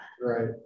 right